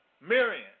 Miriam